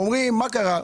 אומרים: מה קרה?